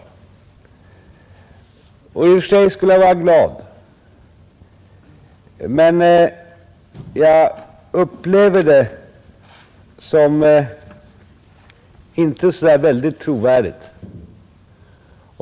I och för sig borde jag vara glad, men jag upplever det inte som särskilt trovärdigt.